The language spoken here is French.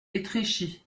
étréchy